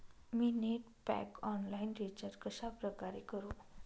मी net pack online recharge कशाप्रकारे करु?